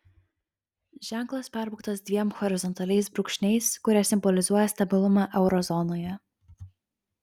ženklas perbrauktas dviem horizontaliais brūkšniais kurie simbolizuoja stabilumą euro zonoje